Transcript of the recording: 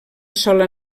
sola